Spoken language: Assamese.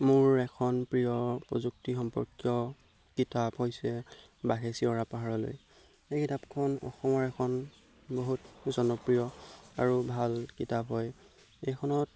মোৰ এখন প্ৰিয় প্ৰযুক্তি সম্পৰ্কীয় কিতাপ হৈছে বাঘে চিঞৰা পাহাৰলৈ এই কিতাপখন অসমৰ এখন বহুত জনপ্ৰিয় আৰু ভাল কিতাপ হয় এইখনত